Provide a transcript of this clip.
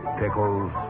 pickles